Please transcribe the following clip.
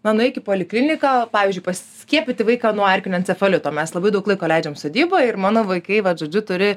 na nueik į polikliniką pavyzdžiui paskiepyti vaiką nuo erkinio encefalito mes labai daug laiko leidžiam sodyboj ir mano vaikai vat žodžiu turi